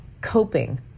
coping